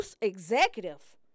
executive